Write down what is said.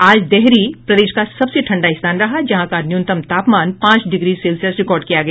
आज डेहरी प्रदेश का सबसे ठंडा स्थान रहा जहां का न्यूनतम तापमान पांच डिग्री सेल्सियस रिकॉर्ड किया गया